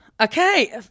Okay